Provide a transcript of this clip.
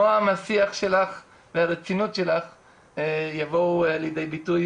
נועם השיח שלך והרצינות שלך יבואו לידי ביטוי